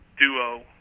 Duo